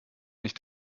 nicht